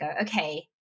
okay